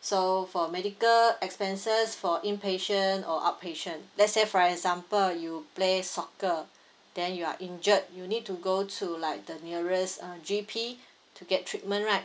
so for medical expenses for inpatient or outpatient let's say for example you play soccer then you are injured you need to go to like the nearest uh G_P to get treatment right